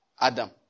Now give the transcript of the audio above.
Adam